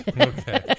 Okay